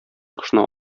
кошны